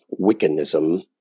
Wiccanism